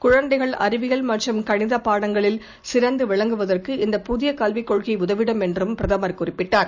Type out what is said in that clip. குழந்தைகள் அறிவியல் மற்றும் கணிதப் பாடங்களில் சிறந்துவிளங்குவதற்கு இந்த புதியகலவிக் கொள்கைஉதவிடும் என்றும் பிரதமர் குறிப்பிட்டார்